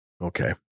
Okay